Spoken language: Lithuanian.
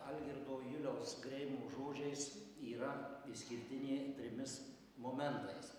algirdo juliaus greimo žodžiais yra išskirtinė trimis momentais